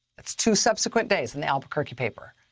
that's two subsequent days in the albuquerque paper.